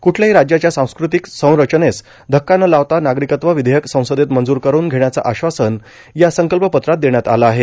कुठल्याही राज्याच्या सांस्कृतिक संरचनेस धक्का न लावता नागरिकत्व विधेयक संसदेत मंजूर करवून घेण्याचं आश्वासन या संकल्पपत्रात देण्यात आलं आहे